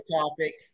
topic